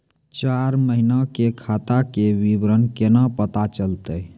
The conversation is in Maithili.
चार महिना के खाता के विवरण केना पता चलतै?